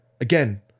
Again